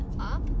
up